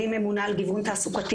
אני ממונה על גיוון תעסוקתי